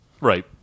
Right